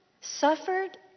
suffered